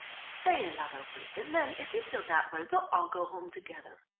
stay another week and then if you feel that way we'll all go home together.